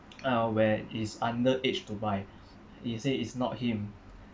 uh where it's underage to buy he said it's not him